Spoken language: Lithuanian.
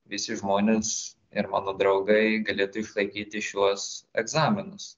visi žmonės ir mano draugai galėtų išlaikyti šiuos egzaminus